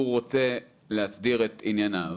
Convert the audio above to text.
הוא רוצה להסדיר את ענייניו